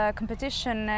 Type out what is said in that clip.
competition